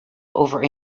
over